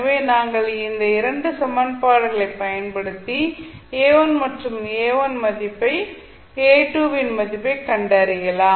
எனவே நீங்கள் இந்த 2 சமன்பாடுகளைப் பயன்படுத்தி A1 மற்றும் A2 இன் மதிப்பைக் கண்டறியலாம்